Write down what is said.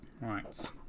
Right